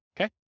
okay